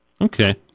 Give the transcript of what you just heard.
Okay